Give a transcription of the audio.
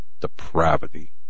depravity